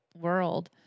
world